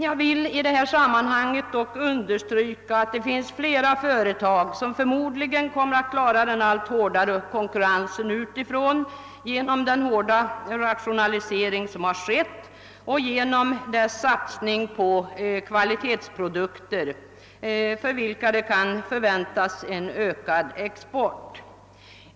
Jag vill dock i detta sammanhang understryka att det finns flera företag som förmodligen kommer att klara den allt hårdare konkurrensen utifrån tack vare rationaliseringar och satsning på kvalitetsprodukter för vilka en ökad export kan väntas.